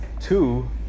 Two